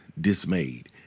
dismayed